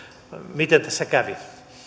miten tässä kävi